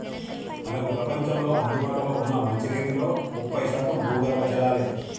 మనకు ప్రపంచంలో అందుబాటులో ఉన్న మంచినీటిలో ముప్పై శాతం భూగర్భ జలాలే